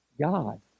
God